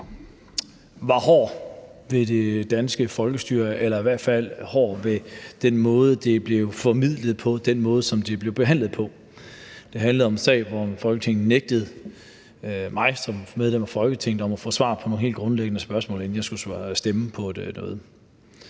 var hård ved det danske folkestyre eller i hvert fald hård ved den måde, det blev forvaltet på, og den måde, som det blev behandlet på. Det handlede om en sag, hvor Folketinget nægtede mig som medlem af Folketinget at få svar på nogle helt grundlæggende spørgsmål, inden jeg skulle stemme om noget.